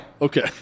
Okay